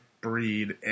breed